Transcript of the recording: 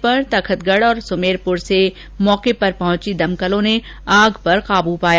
सुचना मिलने पर तखतगढ और सुमेरपुर से मौके पर पहुंची दमकलों ने आग पर काबू पाया